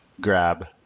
Grab